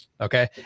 okay